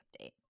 update